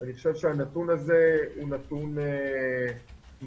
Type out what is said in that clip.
אני חושב שהנתון הזה הוא נתון מדהים.